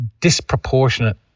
disproportionate